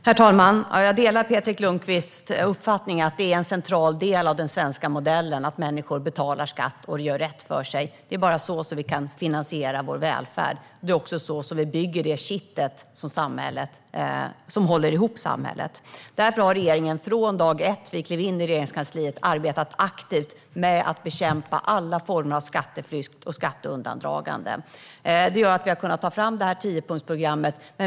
Herr talman! Jag delar Patrik Lundqvists uppfattning att det är en central del av den svenska modellen att människor betalar skatt och gör rätt för sig. Det är bara så vi kan finansiera vår välfärd. Det är också så vi skapar det kitt som håller ihop samhället. Därför har vi i regeringen från dag ett när vi klev in på Regeringskansliet arbetat aktivt med att bekämpa alla former av skatteflykt och skatteundandragande. Det har gjort att vi har kunnat ta fram det här tiopunktsprogrammet.